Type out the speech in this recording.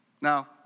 Now